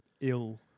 ill